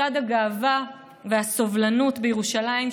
מצעד הגאווה והסובלנות בירושלים,